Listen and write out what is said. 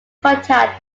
contact